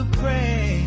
pray